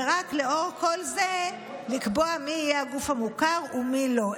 ורק לאור כל זה לקבוע מי יהיה הגוף המוכר ומי לא,